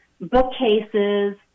bookcases